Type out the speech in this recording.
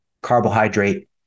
carbohydrate